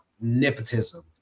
nepotism